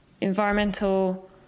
environmental